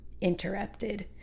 interrupted